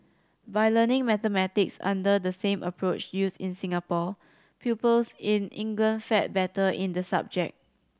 by learning mathematics under the same approach used in Singapore pupils in England fared better in the subject